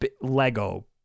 Lego